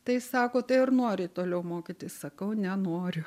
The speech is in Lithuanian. tai sako tai ar nori toliau mokytis sakau nenoriu